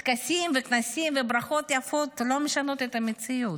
טקסים, כנסים וברכות יפות לא משנים את המציאות.